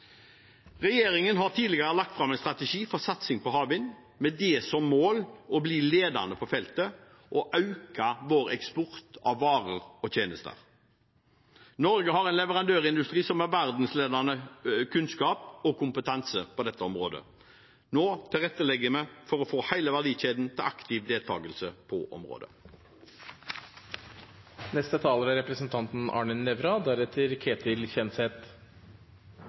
Regjeringen har tidligere lagt fram en strategi for satsing på havvind, med det som mål å bli ledende på feltet og øke vår eksport av varer og tjenester. Norge har en leverandørindustri som har verdensledende kunnskap og kompetanse på dette området. Nå tilrettelegger vi for å få hele verdikjeden til aktiv deltakelse på området.